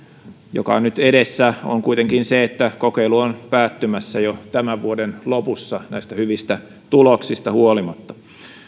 joka on nyt edessä on kuitenkin se että kokeilu on päättymässä jo tämän vuoden lopussa näistä hyvistä tuloksista huolimatta ainakin